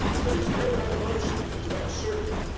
but it's not about emotions, it's about certainty.